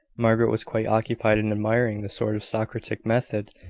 margaret was quite occupied in admiring the sort of socratic method,